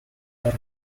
are